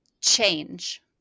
change